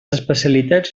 especialitats